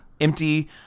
empty